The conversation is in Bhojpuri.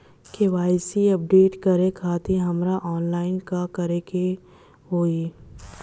के.वाइ.सी अपडेट करे खातिर हमरा ऑनलाइन का करे के होई?